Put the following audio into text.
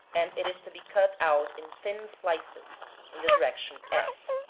and it is to be cut out in thin slices, in the direction f.